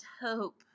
hope